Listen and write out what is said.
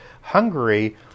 Hungary